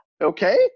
okay